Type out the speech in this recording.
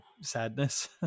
sadness